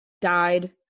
died